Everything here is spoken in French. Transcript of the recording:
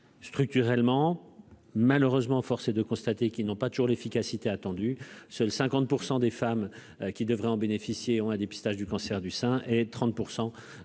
Structurellement, malheureusement, force est de constater qu'ils n'ont pas toujours l'efficacité attendue, seuls 50 % des femmes qui devraient en bénéficier ont un dépistage du cancer du sein et 30